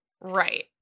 Right